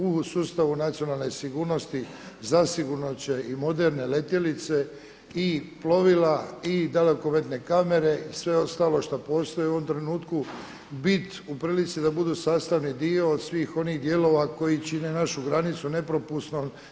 U sustavu nacionalne sigurnosti zasigurno će i moderne letjelice i plovila i dalekometne kamere i sve ostalo što postoji u ovom trenutku bit u prilici da budu sastavni dio svih onih dijelova koji čine našu granicu nepropusnom.